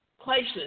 places